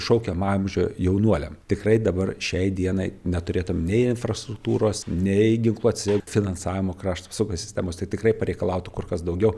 šaukiamo amžio jaunuoliam tikrai dabar šiai dienai neturėtum nei infrastruktūros nei ginklų atsi finansavimo krašto apsaugos sistemos tai tikrai pareikalautų kur kas daugiau